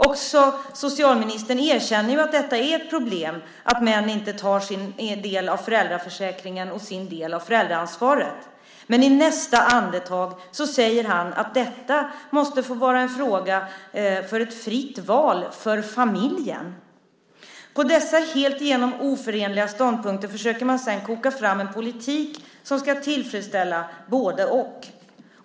Också socialministern erkänner att det är ett problem att män inte tar sin del av föräldraförsäkringen och sin del av föräldraansvaret. Men i nästa andetag säger han att det måste få vara en fråga för ett fritt val för familjen. På dessa helt igenom oförenliga ståndpunkter försöker man sedan koka fram en politik som ska tillfredställa både-och.